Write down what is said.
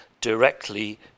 directly